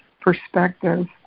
perspective